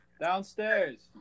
Downstairs